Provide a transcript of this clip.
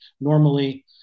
normally